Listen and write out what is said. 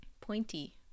Pointy